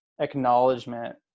acknowledgement